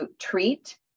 treat